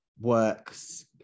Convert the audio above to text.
works